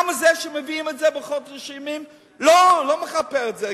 גם זה שמביאים את זה, לא מכפר על זה.